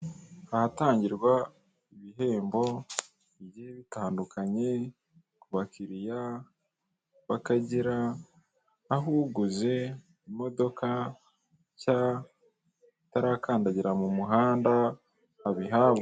Ahatangirwa ibihembo bigiye bitandukanye ku bakiriya b'akagera, aho uguze imodoka nshya itarakandagira mu muhanda babihabwa.